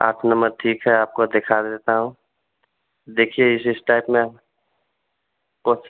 आठ नंबर ठीक है आपको देखा देता हूँ देखिए इस इस टाइप में